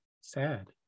sad